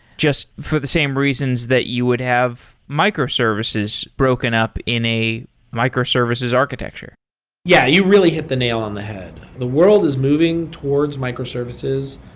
just for the same reasons that you would have microservices broken up in a microservices architecture yeah. you really hit the nail on the head. the world is moving towards microservices,